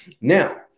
Now